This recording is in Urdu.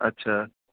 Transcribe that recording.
اچھا